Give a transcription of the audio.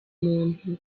muntu